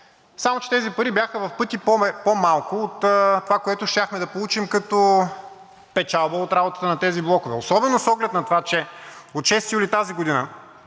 Само че тези пари бяха в пъти по-малко от това, което щяхме да получим като печалба от работата на тези блокове. Особено с оглед на това, че от 6 юли тази година